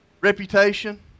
Reputation